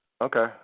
okay